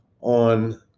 on